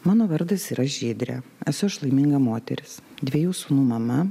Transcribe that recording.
mano vardas yra žydrė esu aš laiminga moteris dviejų sūnų mama